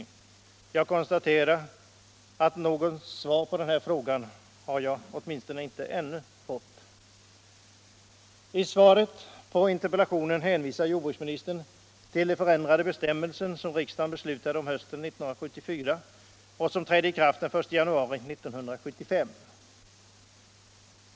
Jag konstaterar att jag inte ännu har fått något svar på den frågan. I svaret på interpellationen hänvisar jordbruksministern till de förändrade bestämmelser som riksdagen beslutade om hösten 1974 och som trädde i kraft den 1 januari 1975.